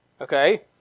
Okay